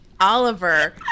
Oliver